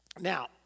Now